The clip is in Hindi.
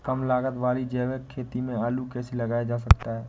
कम लागत वाली जैविक खेती में आलू कैसे लगाया जा सकता है?